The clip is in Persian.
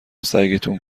سگتون